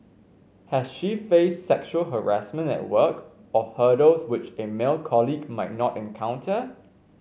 has she faced sexual harassment at work or hurdles which a male colleague might not encounter